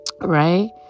Right